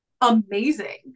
amazing